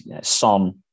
Son